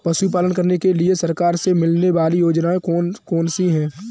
पशु पालन करने के लिए सरकार से मिलने वाली योजनाएँ कौन कौन सी हैं?